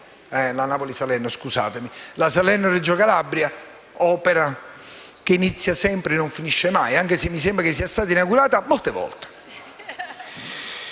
e, ovviamente, alla Salerno-Reggio Calabria, opera che inizia sempre e non finisce mai, anche se mi sembra sia stata inaugurata molte volte.